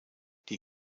die